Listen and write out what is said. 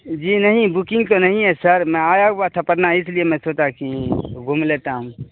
جی نہیں بکنگ تو نہیں ہے سر میں آیا ہوا تھا پٹنہ اس لیے میں سوچا کہ گھوم لیتا ہوں